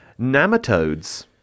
nematodes